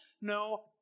No